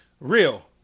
Real